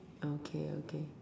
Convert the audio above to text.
okay okay